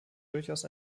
durchaus